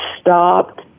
stopped